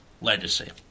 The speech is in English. Legacy